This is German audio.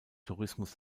tourismus